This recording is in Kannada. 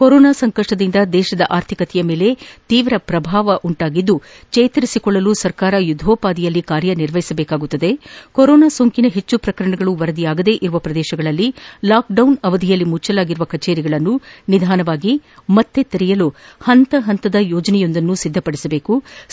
ಕೊರೋನಾ ಸಂಕಷ್ನದಿಂದ ದೇಶದ ಆರ್ಥಿಕತೆಯ ಮೇಲೆ ತೀವ್ರ ಶ್ರಭಾವದಿಂದ ಚೇತರಿಸಿಕೊಳ್ಳಲು ಸರ್ಕಾರ ಯುದ್ಗೋಪಾದಿಯಲ್ಲಿ ಕಾರ್ಯನಿರ್ವಹಿಸಬೇಕಾಗಿದೆ ಕೊರೋನಾ ಸೋಂಕಿನ ಹೆಚ್ಚು ಪ್ರಕರಣಗಳು ವರದಿಯಾಗದೆ ಇರುವ ಪ್ರದೇಶಗಳಲ್ಲಿ ಲಾಕ್ ಡೌನ ಅವಧಿಯಲ್ಲಿ ಮುಚ್ಚಲಾಗಿದ್ದ ಕಚೇರಿಗಳನ್ನು ನಿಧಾನವಾಗಿ ಮತ್ತೆ ತೆರೆಯಲು ಪಂತ ಪಂತದ ಯೋಜನೆಯೊಂದನ್ನು ಸಿದ್ಧಪಡಿಸಬೆಕು